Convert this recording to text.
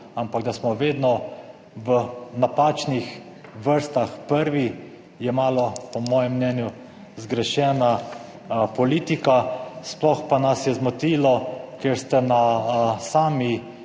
ampak da smo vedno v napačnih vrstah prvi, je malo po mojem mnenju zgrešena politika, sploh pa nas je zmotilo, ker ste na sami